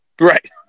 Right